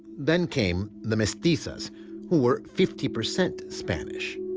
then came the mestizos who were fifty percent spanish.